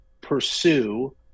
pursue